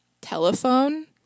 telephone